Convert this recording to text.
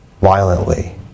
violently